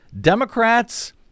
Democrats